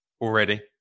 already